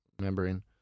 membrane